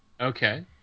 okay